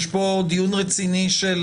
יש כאן דיון רציני של